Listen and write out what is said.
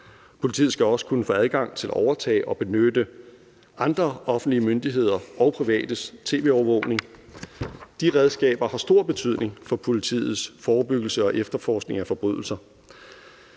Politiet skal også kunne få adgang til at overtage og benytte andre offentlige myndigheders og privates tv-overvågning. De redskaber har stor betydning for politiets forebyggelse og efterforskning af forbrydelser.